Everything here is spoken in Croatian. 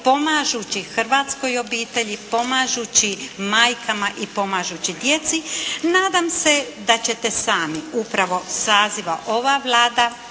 pomažući hrvatskoj obitelji, pomažući majkama i pomažući djeci. Nadam se da ćete sami, upravo saziva ova Vlada,